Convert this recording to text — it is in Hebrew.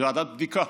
וועדת בדיקה.